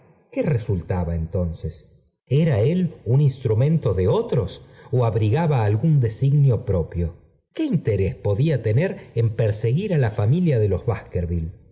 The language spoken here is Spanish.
qué resultaba entonces era él un instrumento de otros ó abrigaba algún designio propio qué interés podía tener en perseguir á la familia de los